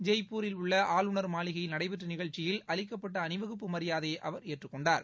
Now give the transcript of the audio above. ஜெய்ப்பூரில் உள்ள ஆளுநர் மாளிகையில் நடைபெற்ற நிகழ்ச்சியில் அளிக்கப்பட்ட அணிவகுப்பு மரியாதையை அவர் ஏற்றுக் கொண்டார்